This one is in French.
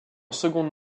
secondes